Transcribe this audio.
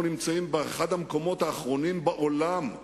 אנחנו נמצאים באחד המקומות האחרונים בעולם,